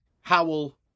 Howell